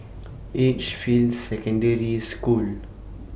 Edgefield Secondary School